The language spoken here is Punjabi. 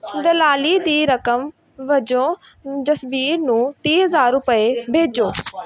ਦਲਾਲੀ ਦੀ ਰਕਮ ਵਜੋਂ ਜਸਬੀਰ ਨੂੰ ਤੀਹ ਹਜ਼ਾਰ ਰੁਪਏ ਭੇਜੋ